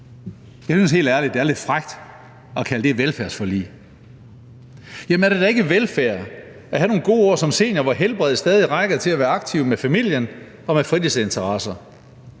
Jeg synes helt ærligt, det er lidt frækt at kalde det et velfærdsforlig. Jamen er det da ikke velfærd at have nogle gode år som senior, hvor helbredet stadig rækker til at være aktiv med familien og med fritidsinteresser?